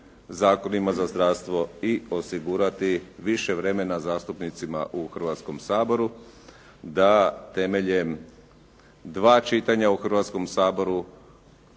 zakonima za zdravstvo i osigurati više vremena zastupnicima u Hrvatskom saboru, da temeljem dva čitanja u Hrvatskom saboru